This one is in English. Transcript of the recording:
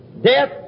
Death